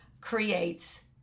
creates